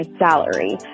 salary